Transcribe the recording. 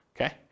okay